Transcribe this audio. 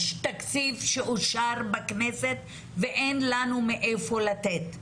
יש תקציב שאושר בכנסת ואין לנו מאיפה לתת.